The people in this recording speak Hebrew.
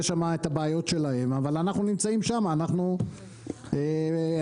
אני לא שר האוצר; אני יושב ראש וועדת הכלכלה,